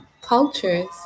cultures